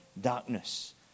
darkness